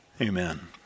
amen